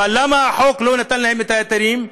אבל למה החוק לא נתן להם את ההיתרים?